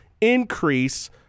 increase